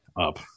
up